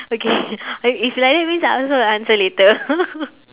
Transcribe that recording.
okay if like that means I also will answer later